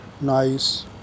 nice